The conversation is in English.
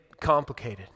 complicated